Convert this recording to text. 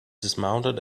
dismounted